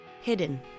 hidden